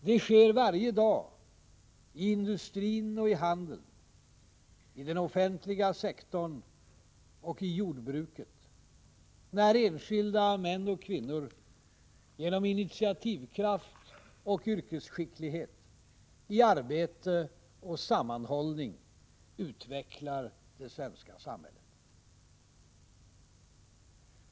Det sker varje dag i industrin och i handeln, i den offentliga sektorn och i jordbruket, när enskilda män och kvinnor genom initiativkraft och yrkesskicklighet, i arbete och sammanhållning utvecklar det svenska samhället.